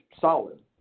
solid